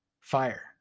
fire